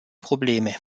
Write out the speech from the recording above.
probleme